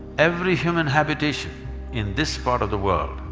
every human habitation in this part of the world,